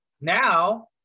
now